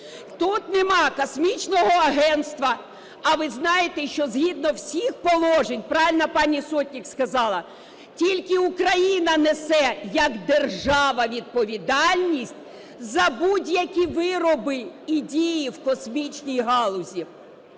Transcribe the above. тут нема космічного агентства? А ви знаєте, що згідно всіх положень, правильно пані Сотник сказала, тільки Україна несе як держава відповідальність за будь-які вироби і дії в космічній галузі.